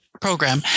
program